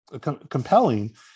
compelling